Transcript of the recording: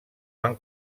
van